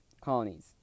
colonies